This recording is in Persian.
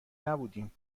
نبودیم